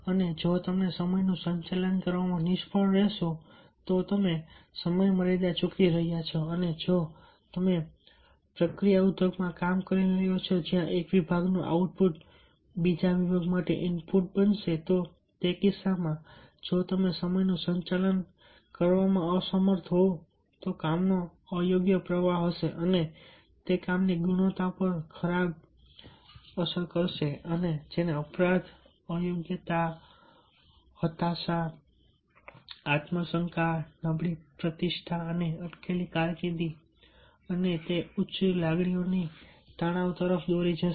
અને જો તમે સમયનું સંચાલન કરવામાં નિષ્ફળ રહેશો તો તમે સમયમર્યાદા ચૂકી રહ્યા છો અને જો તમે પ્રક્રિયા ઉદ્યોગમાં કામ કરી રહ્યા છો જ્યાં એક વિભાગનું આઉટપુટ બીજા વિભાગ માટે ઇનપુટ બનશે તો તે કિસ્સામાં જો તમે સમયનું સંચાલન કરવામાં અસમર્થ હોવ તો કામનો અયોગ્ય પ્રવાહ હશે અને તે કામની ગુણવત્તામાં પણ ખરાબી તરફ દોરી જશે અને અપરાધ અયોગ્યતા હતાશા આત્મ શંકા નબળી પ્રતિષ્ઠા અને અટકેલી કારકિર્દી અને ઉચ્ચ તણાવની લાગણીઓ તરફ દોરી જશે